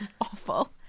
awful